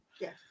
Yes